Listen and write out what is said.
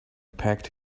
packed